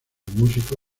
músico